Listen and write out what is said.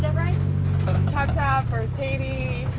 yeah ride? tap-tap, first haiti,